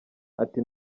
ati